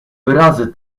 wyrazy